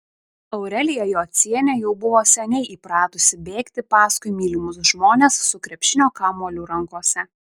aurelija jocienė jau buvo seniai įpratusi bėgti paskui mylimus žmones su krepšinio kamuoliu rankose